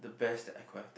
the best I could have done